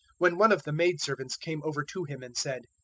when one of the maidservants came over to him and said,